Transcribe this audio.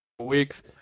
weeks